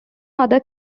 other